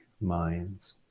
minds